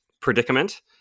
predicament